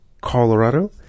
Colorado